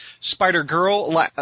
Spider-Girl